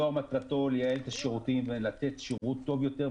מטרתו של הדואר לייעל את השירותים ולתת שירות טוב יותר,